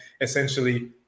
essentially